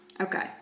okay